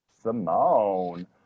Simone